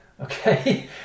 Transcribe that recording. Okay